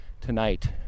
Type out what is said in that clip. tonight